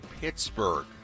Pittsburgh